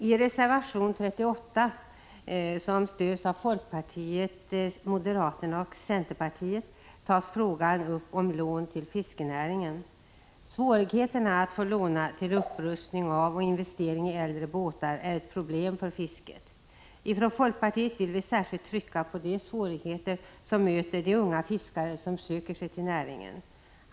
I reservation 38, som stöds av folkpartiet, moderaterna och centern, tas frågan om lån till fiskenäringen upp. Svårigheterna att få låna pengar till upprustning av och investering i äldre båtar är ett problem för fisket. Ifrån folkpartiet vill vi särskilt trycka på de svårigheter som möter de unga fiskare som söker sig till näringen.